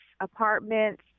apartments